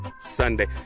Sunday